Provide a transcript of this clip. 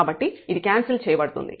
కాబట్టి ఇది క్యాన్సిల్ చేయబడుతుంది